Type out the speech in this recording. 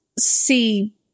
see